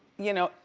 you know,